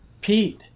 Pete